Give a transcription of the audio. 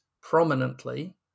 prominently